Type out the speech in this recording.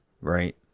right